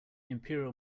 imperial